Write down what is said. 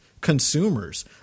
consumers